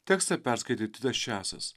tekstą perskaitė titas česas